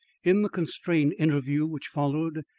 in the constrained interview which followed,